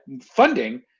funding